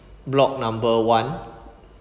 block number one